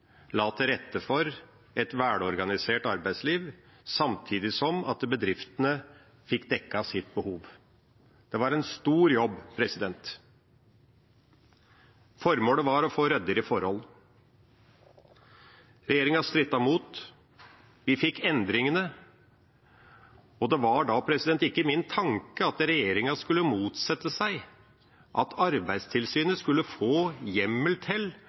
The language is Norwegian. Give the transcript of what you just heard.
la til rette for et velorganisert arbeidsliv, samtidig som bedriftene fikk dekket sitt behov. Det var en stor jobb. Formålet var å få ryddigere forhold. Regjeringa strittet imot. Vi fikk endringene, og det var da ikke i min tanke at regjeringa skulle motsette seg at Arbeidstilsynet skulle få hjemmel til